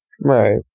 Right